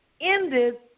ended